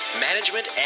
management